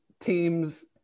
teams